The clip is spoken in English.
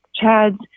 Chad's